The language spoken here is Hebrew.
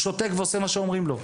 הוא שותק ועושה מה שאומרים לו.